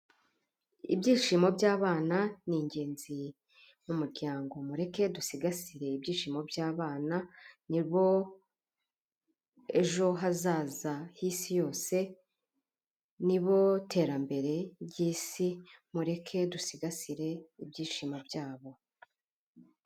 Ibyishimo by'abana ni ingenzi mu muryango. Mureke dusigasire ibyishimo by'abana ni bo ejo hazaza h'isi yose, ni bo terambere ry'isi, mureke dusigasire ibyishimo byabo.